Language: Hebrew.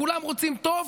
כולם רוצים טוב,